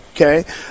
okay